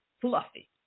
fluffy